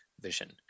vision